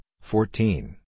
fourteen